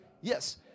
Yes